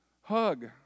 Hug